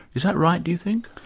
is that right, do you think?